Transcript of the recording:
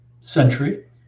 century